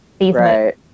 Right